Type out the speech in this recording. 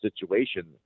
situation